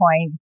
point